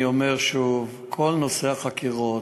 אני אומר שוב: כל נושא החקירות,